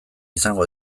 izango